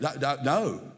No